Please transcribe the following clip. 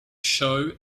show